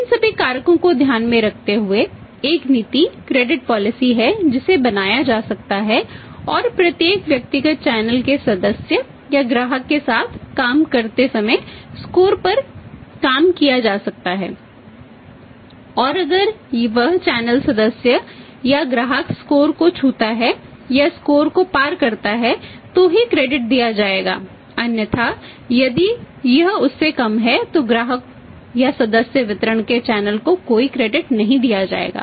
इन सभी कारकों को ध्यान में रखते हुए एक नीति क्रेडिट पॉलिसी नहीं दिया जाएगा